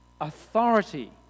authority